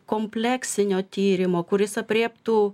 kompleksinio tyrimo kuris aprėptų